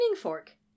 fork